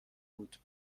بود